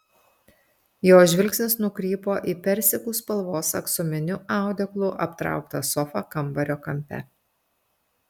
jo žvilgsnis nukrypo į persikų spalvos aksominiu audeklu aptrauktą sofą kambario kampe